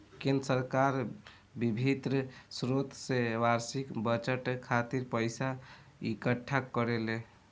केंद्र सरकार बिभिन्न स्रोत से बार्षिक बजट खातिर पइसा इकट्ठा करेले